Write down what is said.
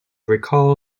recall